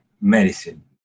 medicine